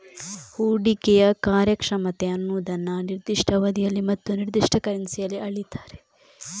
ಹೂಡಿಕೆಯ ಕಾರ್ಯಕ್ಷಮತೆ ಅನ್ನುದನ್ನ ನಿರ್ದಿಷ್ಟ ಅವಧಿಯಲ್ಲಿ ಮತ್ತು ನಿರ್ದಿಷ್ಟ ಕರೆನ್ಸಿಯಲ್ಲಿ ಅಳೀತಾರೆ